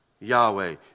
Yahweh